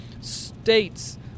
states